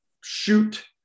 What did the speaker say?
shoot